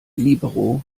libero